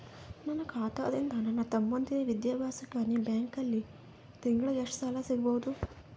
ನನ್ನ ಖಾತಾದಾಗಿಂದ ನನ್ನ ತಮ್ಮಂದಿರ ವಿದ್ಯಾಭ್ಯಾಸಕ್ಕ ನಿಮ್ಮ ಬ್ಯಾಂಕಲ್ಲಿ ತಿಂಗಳ ಎಷ್ಟು ಸಾಲ ಸಿಗಬಹುದು?